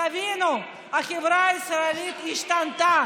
תבינו, החברה הישראלית השתנתה.